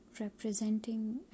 representing